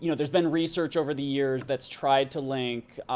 you know there's been research over the years that's tried to link